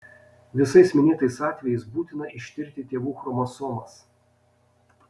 visais minėtais atvejais būtina ištirti tėvų chromosomas